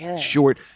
Short